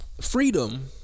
freedom